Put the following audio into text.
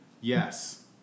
Yes